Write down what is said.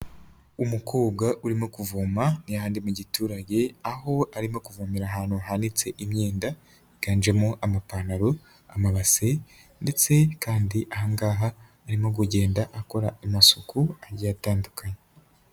Umukobwa urimo kuvoma ni hahandi mu giturage, aho arimo kuvomera ahantu hanitse imyenda yiganjemo amapantalo, amabase, ndetse kandi aha ngaha arimo kugenda akora amasuku agiye atandukanye.